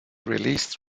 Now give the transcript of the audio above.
released